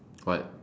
what